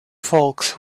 folks